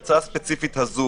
הפרצה הזו,